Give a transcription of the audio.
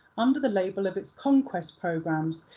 under the label of its conquest programs,